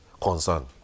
concern